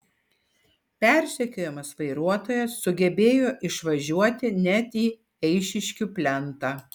persekiojamas vairuotojas sugebėjo išvažiuoti net į eišiškių plentą